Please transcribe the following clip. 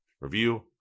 review